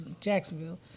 Jacksonville